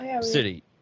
City